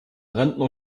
rentner